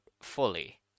fully